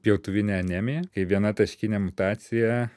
pjautuvine anemija kai viena taškinė mutacija